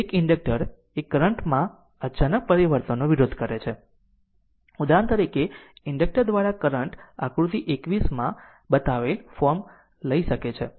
આમ એક ઇન્ડક્ટર એ કરંટ માં અચાનક પરિવર્તનનો વિરોધ કરે છે ઉદાહરણ તરીકે ઇન્ડક્ટર દ્વારા કરંટ આકૃતિ 21 એ માં બતાવેલ ફોર્મ લઈ શકે છે